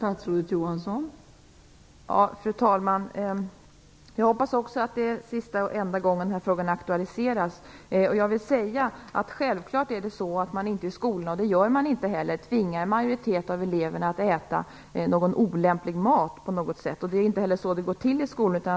Fru talman! Också jag hoppas att detta är sista gången som denna fråga aktualiseras. Självfallet går det inte till så i skolorna att man tvingar en majoritet av eleverna att äta mat som på något sätt är olämplig.